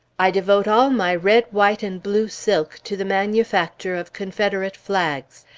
i devote all my red, white, and blue silk to the manufacture of confederate flags.